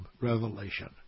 revelation